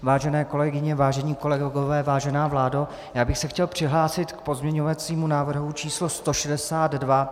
Vážené kolegyně, vážení kolegové, vážená vládo, chtěl bych se přihlásit k pozměňovacímu návrhu č. 162.